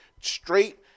straight